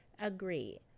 agree